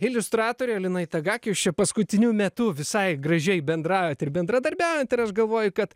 iliustratorė lina itagaki jūs čia paskutiniu metu visai gražiai bendraujat bendradarbiaujat ir aš galvoju kad